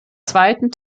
zweiten